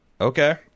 okay